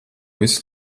viss